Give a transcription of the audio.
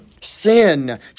Sin